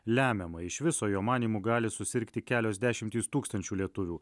lemiama iš viso jo manymu gali susirgti kelios dešimtys tūkstančių lietuvių